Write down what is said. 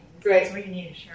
Great